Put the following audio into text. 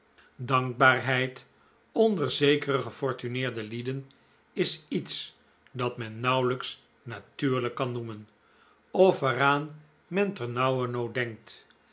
dankbaarheid onder zekere gefortuneerde lieden is iets dat men nauwelijks natuurlijk kan noemen of waaraan men ternauwernood denkt